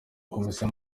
komisiyo